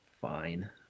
fine